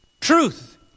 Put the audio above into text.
Truth